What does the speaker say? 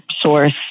source